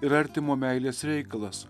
ir artimo meilės reikalas